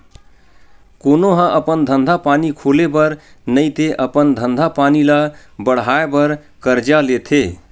कोनो ह अपन धंधा पानी खोले बर नइते अपन धंधा पानी ल बड़हाय बर करजा लेथे